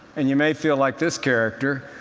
and you may feel like this character,